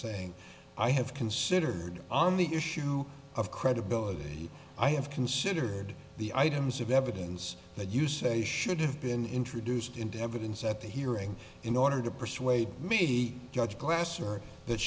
saying i have considered on the issue of credibility i have considered the items of evidence that you say should have been introduced into evidence at the hearing in order to persuade me judge glasser that